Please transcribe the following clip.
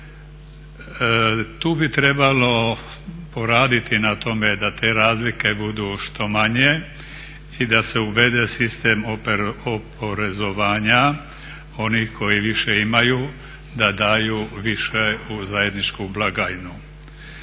Tu bi trebalo poraditi na tome da te razlike budu što manje i da se uvede sistem oporezivanja onih koji više imaju da daju više u zajedničku blagajnu.